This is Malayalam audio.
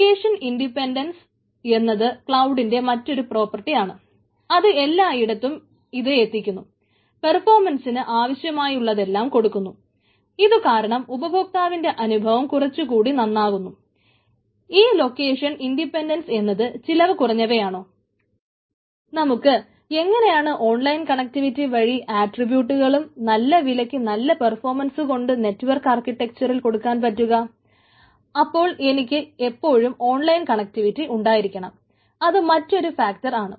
ലൊക്കേഷൻ ഇൻഡിപെൻഡൻസ് ആണ്